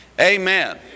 Amen